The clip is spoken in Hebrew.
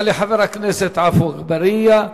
חבר הכנסת עפו אגבאריה,